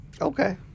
Okay